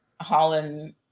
Holland